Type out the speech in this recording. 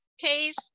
case